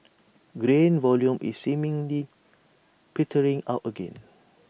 grain volume is seemingly petering out again